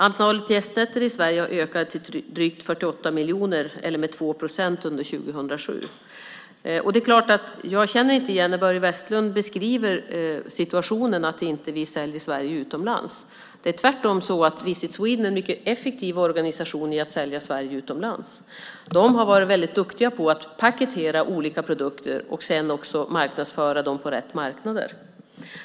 Antalet gästnätter i Sverige har ökat med 2 procent, till drygt 48 miljoner, under 2007. Jag känner inte igen Börje Vestlunds beskrivning av situationen och att vi inte säljer Sverige utomlands. Det är tvärtom så att Visit Sweden är en mycket effektiv organisation när det gäller att sälja Sverige utomlands. De har varit väldigt duktiga på att paketera olika produkter och sedan också marknadsföra dem på rätt marknader.